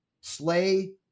Slay